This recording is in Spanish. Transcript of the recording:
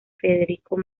federico